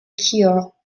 cure